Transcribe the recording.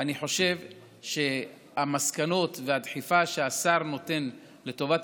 אני חושב שהמסקנות והדחיפה שהשר נותן לטובת